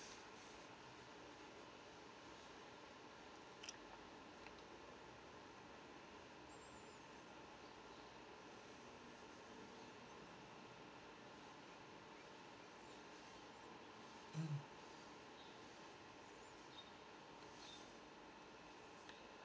mm